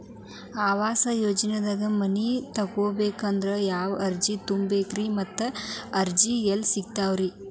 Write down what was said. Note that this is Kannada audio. ಆವಾಸ ಯೋಜನೆದಾಗ ಮನಿ ತೊಗೋಬೇಕಂದ್ರ ಯಾವ ಅರ್ಜಿ ತುಂಬೇಕ್ರಿ ಮತ್ತ ಅರ್ಜಿ ಎಲ್ಲಿ ಸಿಗತಾವ್ರಿ?